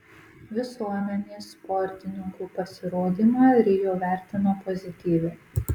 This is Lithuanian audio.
visuomenė sportininkų pasirodymą rio vertina pozityviai